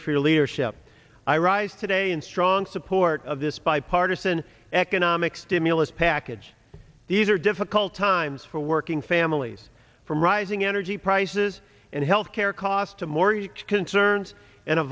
you for your leadership i rise today in strong support of this bipartisan economic stimulus package these are difficult times for working families from rising energy prices and health care costs to more huge concerns in a